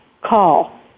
call